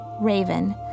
raven